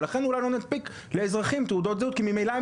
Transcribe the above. ולכן אולי לא ננפיק לאזרחים תעודות זהות כי ממילא הם